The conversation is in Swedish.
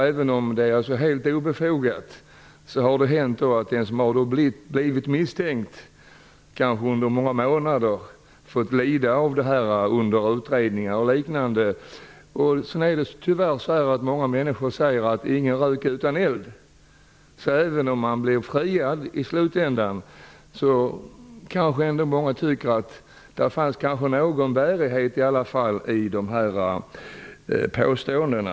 Det har hänt att en person som kanske har varit misstänkt under flera månader har fått lida av det under utredningar och liknande -- även om misstankarna har varit helt obefogade. Tyvärr säger många människor: ingen rök utan eld. Även om personen i fråga blir friad i slutändan kan många tro att det ändå fanns någon bärighet i påståendena.